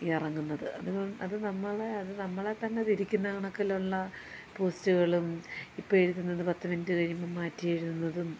ഇറങ്ങുന്നത് അത് അത് നമ്മളെ അത് നമ്മളെ തന്നെ തിരിക്കുന്ന കണക്കിലുള്ള പോസ്റ്റുകളും ഇപ്പോൾ എഴുതുന്നത് പത്തു മിനിറ്റ് കഴിയുമ്പം മാറ്റി എഴുതുന്നതും